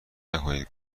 نکنید